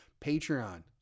Patreon